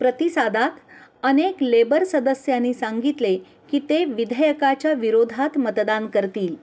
प्रतिसादात अनेक लेबर सदस्यांनी सांगितले की ते विधेयकाच्या विरोधात मतदान करतील